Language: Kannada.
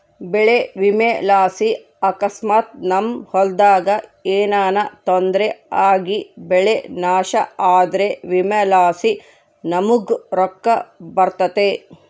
ಬೆಳೆ ವಿಮೆಲಾಸಿ ಅಕಸ್ಮಾತ್ ನಮ್ ಹೊಲದಾಗ ಏನನ ತೊಂದ್ರೆ ಆಗಿಬೆಳೆ ನಾಶ ಆದ್ರ ವಿಮೆಲಾಸಿ ನಮುಗ್ ರೊಕ್ಕ ಬರ್ತತೆ